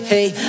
Hey